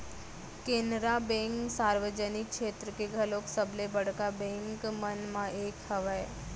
Canara bank सार्वजनिक छेत्र के घलोक सबले बड़का बेंक मन म एक हरय